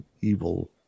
evil